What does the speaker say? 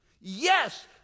yes